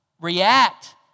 react